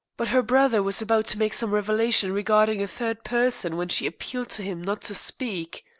but her brother was about to make some revelation regarding a third person when she appealed to him not to speak.